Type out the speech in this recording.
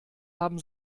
haben